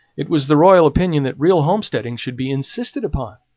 it was the royal opinion that real homesteading should be insisted upon,